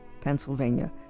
Pennsylvania